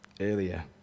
earlier